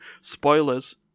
Spoilers